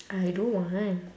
I don't want